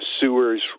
sewers